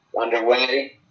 underway